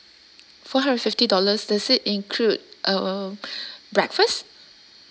four hundred fifty dollars does it include uh breakfast